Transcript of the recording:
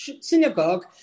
synagogue